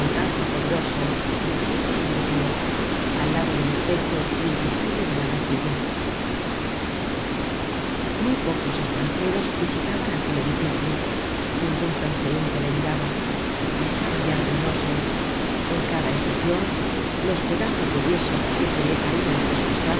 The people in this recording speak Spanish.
fantasma poderoso visible y de pie al lado del espectro invisible de la bastilla muy pocos estranjeros visitaban aquel edificio ningun transeunte le miraba estaba ya ruinoso en cada estacion los pedazos de yeso que se le caian de los